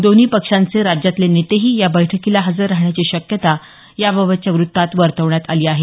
दोन्ही पक्षांचे राज्यातले नेतेही या बैठकीला हजर राहण्याची शक्यता या बाबतच्या वत्तात वर्तवण्यात आली आहे